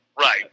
Right